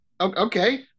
okay